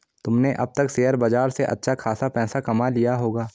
तुमने अब तक शेयर बाजार से अच्छा खासा पैसा कमा लिया होगा